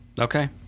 Okay